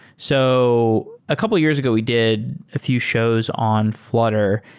so a couple years ago, we did a few shows on flutter.